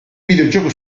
videogioco